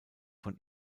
von